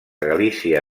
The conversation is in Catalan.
galícia